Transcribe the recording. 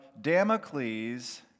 Damocles